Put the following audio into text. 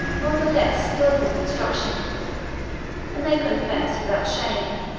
were of a less skilful construction and they confess, without shame,